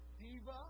diva